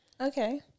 okay